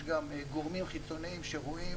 יש גם גורמים חיצוניים שרואים